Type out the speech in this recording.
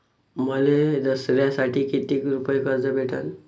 मले दसऱ्यासाठी कितीक रुपये कर्ज भेटन?